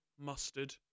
mustard